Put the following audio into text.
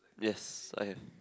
yes I have